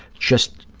just,